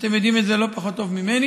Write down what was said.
ואתם יודעים את זה לא פחות טוב ממני,